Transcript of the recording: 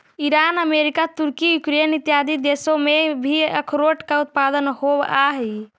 Iran America तुर्की Ukraine इत्यादि देशों में भी अखरोट का उत्पादन होवअ हई